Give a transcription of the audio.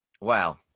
Wow